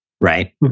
right